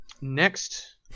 Next